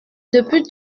depuis